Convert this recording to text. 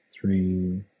three